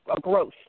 growth